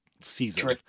season